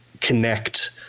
connect